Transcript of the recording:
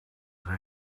they